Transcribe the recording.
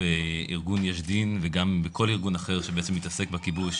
בארגון "יש דין" וגם בכל ארגון אחר שבעצם מתעסק בכיבוש,